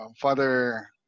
Father